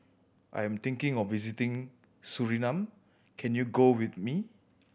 I am thinking of visiting Suriname can you go with me